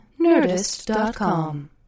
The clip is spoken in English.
Nerdist.com